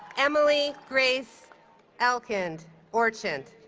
emily grace elkind orchant